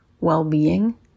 well-being